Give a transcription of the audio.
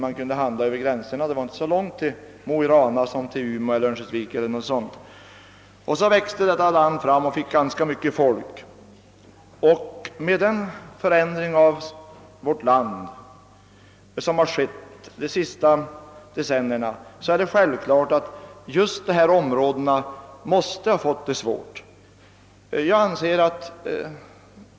Man kunde handla över gränserna, och det var inte så långt till Mo i Rana som till Umeå eller Örnsköldsvik. Så växte detta land fram och fick en ganska stor befolkning. Med den förändring som har ägt rum i vårt land under de senaste decennierna är det självklart att just dessa områden måste ha fått det svårt.